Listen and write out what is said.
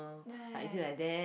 ya ya ya